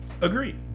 Agreed